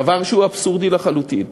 דבר שהוא אבסורדי לחלוטין.